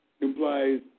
implies